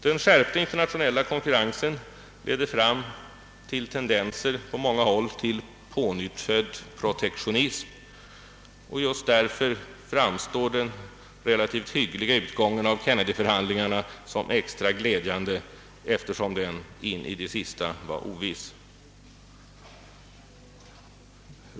Den skärpta internationella konkurrensen leder på många håll till tendenser till pånyttfödd protektionism, och just därför framstår den relativt hyggliga utgången av Kennedyförhandlingarna som extra glädjande, eftersom den in i det sista var oviss.